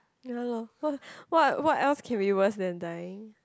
ya loh what what what else can be worse than dying